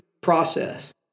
process